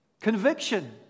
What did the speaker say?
Conviction